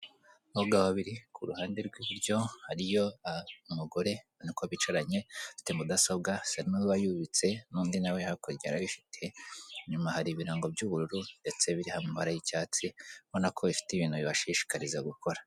Abagabo babiri ku ruhande rw'iburyo hariyo umugore urabona ko bicaranye, afite mudasobwa isa n'ubururu yubitse n'undi nawe hakurya arayifite, inyuma hari ibirango by'ubururu ndetse biriho amabara y'icyatsi ubona ko ifite ibintu bibashishikariza gukora.